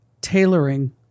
tailoring